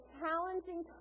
challenging